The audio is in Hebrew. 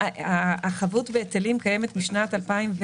החבות בהיטלים קיימת משנת 2011,